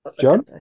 John